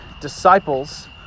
disciples